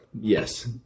Yes